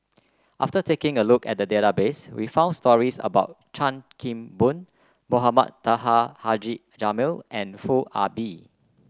after taking a look at the database we found stories about Chan Kim Boon Mohamed Taha Haji Jamil and Foo Ah Bee